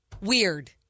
Weird